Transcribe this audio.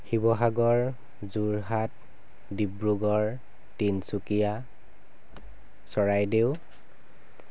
Sivasagar Jorhat Dibrugarh Tinsukia Charaideo